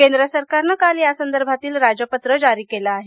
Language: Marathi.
केंद्र सरकारनं काल यासंदर्भातील राजपत्र जारी केलं आहे